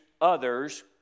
others